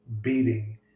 beating